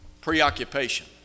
preoccupation